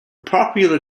popular